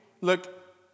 Look